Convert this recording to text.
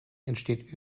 entsteht